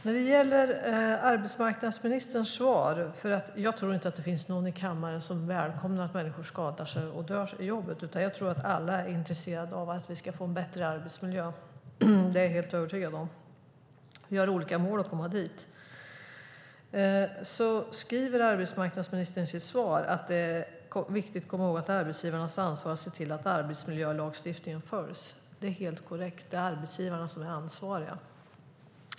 När det gäller arbetsmarknadsministerns svar: Jag tror inte att det finns någon här i kammaren som välkomnar att människor skadar sig och dör i jobbet, utan jag tror att alla är intresserade av att vi ska få en bättre arbetsmiljö - det är jag helt övertygad om. Men vi har olika medel för att komma dit. Arbetsmarknadsministern säger i svaret att det är viktigt att komma ihåg att det är arbetsgivarnas ansvar att se till att arbetsmiljölagstiftningen följs. Det är helt korrekt. Det är arbetsgivarna som är ansvariga.